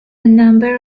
number